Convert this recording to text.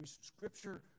scripture